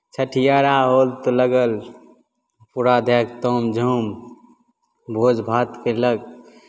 छठियारा होल तऽ लगल पूरा दैके ताम झाम भोजभात कयलक